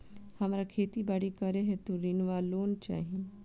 हमरा खेती बाड़ी करै हेतु ऋण वा लोन चाहि?